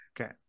okay